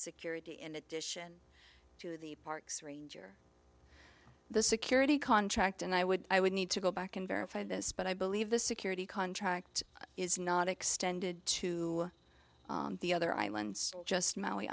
security in addition to the parks ranger the security contract and i would i would need to go back and verify this but i believe the security contract is not extended to the other islands just maui